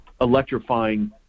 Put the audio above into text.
electrifying